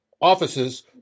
offices